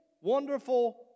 wonderful